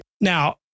Now